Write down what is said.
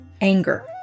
anger